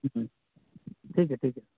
اوہوں ٹھیک ہے ٹھیک ہے